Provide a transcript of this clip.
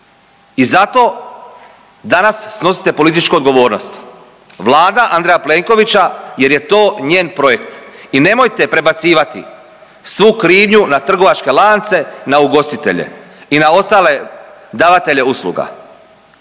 I zato danas snosite političku odgovornost, Vlada Andreja Plenkovića jer je to njen projekt i nemojte prebacivati svu krivnju na trgovačke lance, na ugostitelje i na ostale davatelje usluga.